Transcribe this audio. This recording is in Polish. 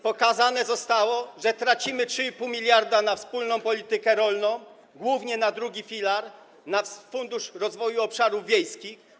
Pokazane zostało, że tracimy 3,5 mld na wspólną politykę rolną, głównie na II filar, na fundusz rozwoju obszarów wiejskich.